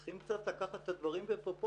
צריכים קצת לקחת את הדברים בפרופורציות.